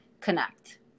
connect